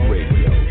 Radio